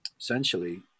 essentially